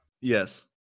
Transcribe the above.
yes